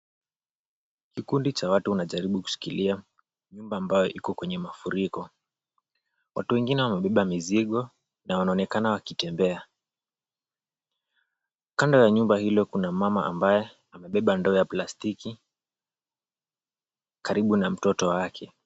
Kikundi cha watu wanajaribu kushikilia nyumba ambayo iko kwenye mafuriko. watu wengine wamebeba mizigo na wanaonekana wakitembea. Kando ya nyumba hilo kuna mama ambaye amebeba ndoo ya plastiki karibu na mtoto wake.